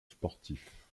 sportif